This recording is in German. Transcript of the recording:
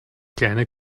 kleine